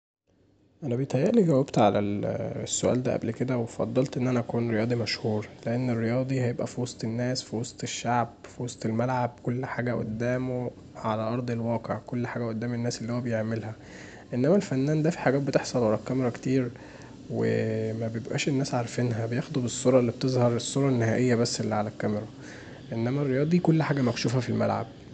انا بيتهيألي جاوبت علي السؤال دا قبل كدا وفضلت ان انا اكون رياضي مشهور، لان الرياضي هيبقي في وسط الناس في وسط الشعب في وسط الملعب، كل حاجه قدامه علي ارض الواقع، كل حاجه قدام الناس اللي هو بيعملها، انما الفنان دا فيه حاجات بتحصل ورا الكاميرا كتير ومبيبقاش الناس عارفينها، بياخدوا بالصوره اللي بتظهر الصوره النهائيه بس اللي علي الكاميرا، انما الرياضي كل حاجه مكشوفه في الملعب.